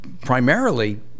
primarily